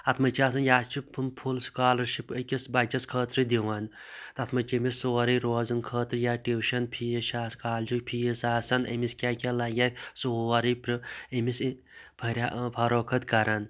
اَتھ منٛز چھِ آسان یا چھِ یِم فُل سُکالَرشِپ أکِس بَچَس خٲطرٕ دِوان تَتھ منٛز چھُ أمِس سورُے روزان خٲطرٕ یا ٹیٛوٗشَن فیٖس چھُ آسان کالجُک فیٖس سُہ آسان أمِس کیٛاہ کیٛاہ لَگہِ سورُے أمِس فرِیا فَروخت کَران